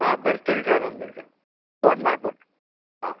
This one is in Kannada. ಹಾಂ ಬರ್ತೀನಿ ಸರ್ ಒಂದು ದಿವಸ ಫೋನ್ ಮಾಡ್ಬುಟ್ಟು ಹಾಂ